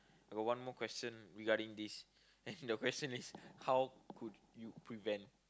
I got one more question regarding this as in your question is how could you prevent